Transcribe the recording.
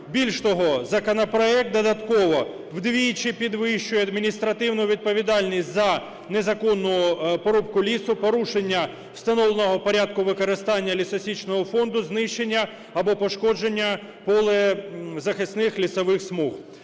Більш того, законопроект додатково вдвічі підвищує адміністративну відповідальність за незаконну порубку лісу, порушення встановленого порядку використання лісосічного фонду, знищення або пошкодження полезахисних лісових смуг.